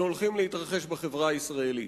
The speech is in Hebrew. שהולכים להתרחש בחברה הישראלית.